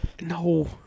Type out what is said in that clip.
No